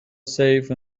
safe